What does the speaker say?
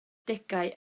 degau